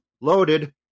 loaded